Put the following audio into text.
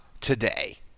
today